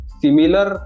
similar